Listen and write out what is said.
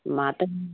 मां त